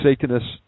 Satanists